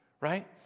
Right